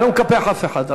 אני לא מקפח אף אחד.